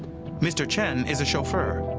mr. chen is a chauffeur.